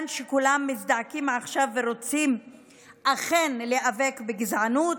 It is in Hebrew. שכולם מזדעקים עכשיו ורוצים אכן להיאבק בגזענות.